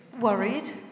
Worried